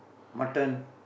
mutton